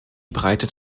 breitet